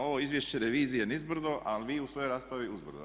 Ovo izvješće revizije nizbrdo, a vi u svojoj raspravi uzbrdo.